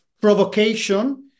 provocation